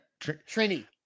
Trini